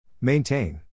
Maintain